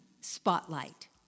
Spotlight